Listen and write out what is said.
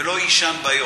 ולא יישן ביום.